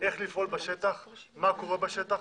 איך לפעול בשטח, מה קורה בשטח.